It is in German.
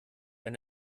ein